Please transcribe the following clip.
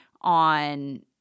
on